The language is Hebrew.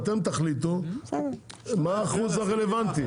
אתם תחליטו מה האחוז הרלוונטי.